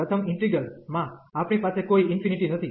પ્રથમ ઈન્ટિગ્રલ માં આપણી પાસે કોઈ ∞ નથી